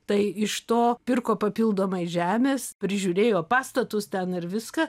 tai iš to pirko papildomai žemės prižiūrėjo pastatus ten ir viską